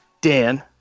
Dan